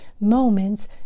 moments